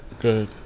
Good